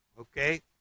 Okay